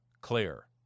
Clear